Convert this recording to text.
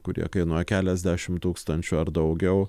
kurie kainuoja keliasdešim tūkstančių ar daugiau